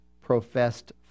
professed